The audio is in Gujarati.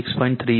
3 છે